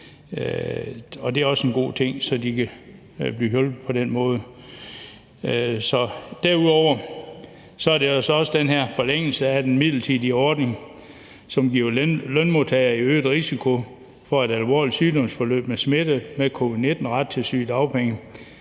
det er også en god ting, så de kan blive hjulpet på den måde. Derudover er det også den her forlængelse af den midlertidige ordning, som giver lønmodtagere i øget risiko for et alvorligt sygdomsforløb med smitte med covid-19 ret til sygedagpenge.